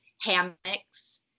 hammocks